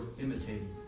imitating